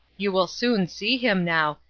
you will soon see him now,